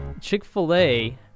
Chick-fil-A